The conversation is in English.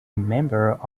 member